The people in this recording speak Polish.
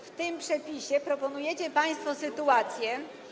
W tym przepisie proponujecie państwo sytuację.